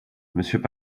monsieur